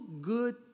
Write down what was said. good